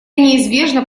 неизбежно